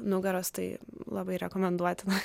nugaros tai labai rekomenduotina